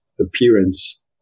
appearance